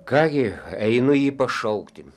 ką gi einu jį pašaukti